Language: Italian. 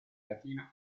latina